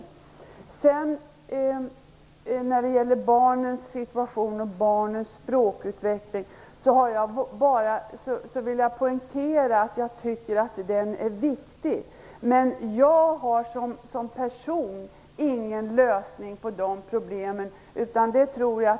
Jag vill poängtera att jag tycker att barnens situation och barnens språkutveckling är viktig. Jag har som person ingen lösning på de problemen.